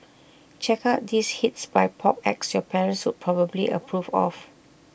check out these hits by pop acts your parents would probably approve of